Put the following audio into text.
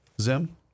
Zim